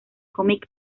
cómic